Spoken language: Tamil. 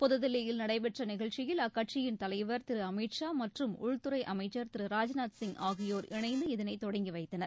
புதுதில்லியில் நடைபெற்ற நிகழ்ச்சியில் அக்கட்சியின் தலைவர் திரு அமித் ஷா மற்றும் உள்துறை அமைச்சர் திரு ராஜ்நாத் சிங் ஆகியோர் இணைந்து இதனை தொடங்கி வைத்தனர்